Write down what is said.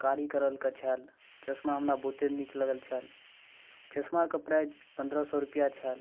कारी कयल छल चश्मा हमरा बहुते नीक लगल छल चश्माके प्राइस पन्द्रह सए रुपैआ छल